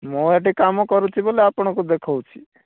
ମୁଁ ଏଠି କାମ କରୁଛି ବୋଲେ ଆପଣଙ୍କୁ ଦେଖାଉଛି